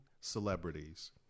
celebrities